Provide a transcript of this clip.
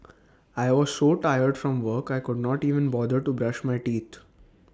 I was so tired from work I could not even bother to brush my teeth